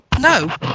No